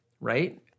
right